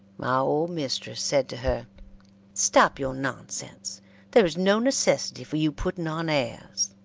my old mistress said to her stop your nonsense there is no necessity for you putting on airs.